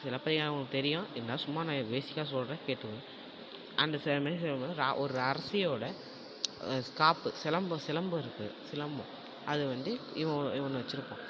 சிலப்பதிகாரம் உங்களுக்கு தெரியும் இருந்தாலும் சும்மா நான் பேஸிக்காக சொல்லுறேன் கேட்டுக்கோங்க அந்த ஒரு அரசியோட காப்பு சிலம்பு சிலம்பு இருக்கு சிலம்பு அது வந்து இவன் இவன் ஒன்னு வச்சிருப்பான்